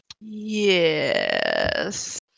Yes